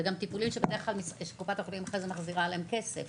אלה גם טיפולים שבדרך כלל קופת החולים אחרי זה מחזירה להם כסף.